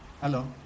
Hello